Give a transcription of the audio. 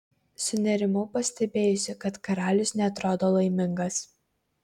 sunerimau pastebėjusi kad karalius neatrodo laimingas